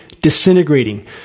disintegrating